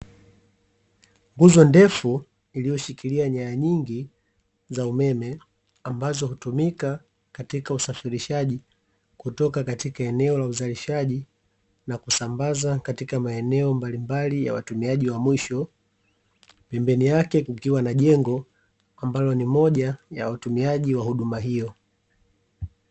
Nguzo ndefu iliyoshikilia nyaya nyingi za umeme ambazo hutumika katika usafirishaji kutoka katika eneo la uzalishaji na kusambaza katika maeneo mbalimbali ya watumiaji wa mwisho, pembeni yake kukiwa na jengo ambalo ni moja ya watumiaji wa huduma hiyo.